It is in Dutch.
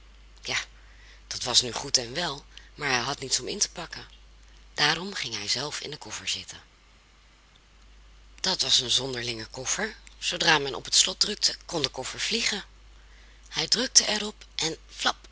ja dat was nu goed en wel maar hij had niets om in te pakken daarom ging hij zelf in den koffer zitten dat was een zonderlinge koffer zoodra men op het slot drukte kon de koffer vliegen hij drukte er op en flap